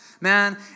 Man